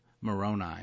Moroni